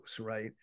right